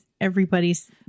everybody's